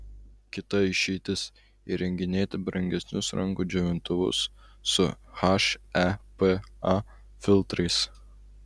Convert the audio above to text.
kita išeitis įrenginėti brangesnius rankų džiovintuvus su hepa filtrais